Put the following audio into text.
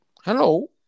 Hello